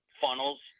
funnels